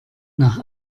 nach